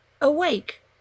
awake